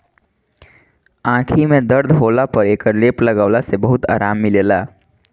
आंखी में दर्द होखला पर एकर लेप लगवला से बहुते आराम मिलेला